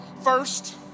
First